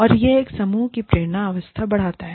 और यह समूह की प्रेरणा अवस्था बढ़ाता है